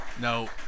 No